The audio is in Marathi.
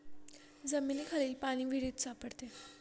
जमिनीखालील पाणी विहिरीत सापडते